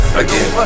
again